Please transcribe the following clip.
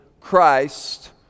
Christ